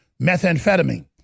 methamphetamine